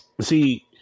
See